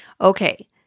Okay